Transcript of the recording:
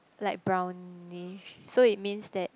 like brownish so it means that